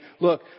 look